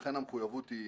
לכן המחויבות היא